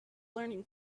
learning